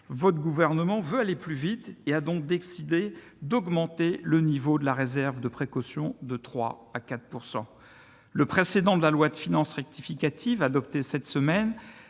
le Gouvernement veut aller plus vite : il a décidé d'augmenter le niveau de la réserve de précaution de 3 % à 4 %. Le précédent de la loi de finances rectificative, adoptée cette semaine,